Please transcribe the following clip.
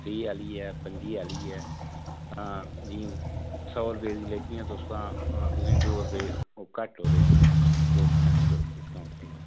त्रीह् आह्ली ऐ पं'जी आह्ली ऐ हां जी सौ रपेऽ दी लैह्गियां तुस तां तुसें दो रपेऽ घट्ट ओ उ'दे च लग्गने दो परसैंट डिस्काउंट थ्होना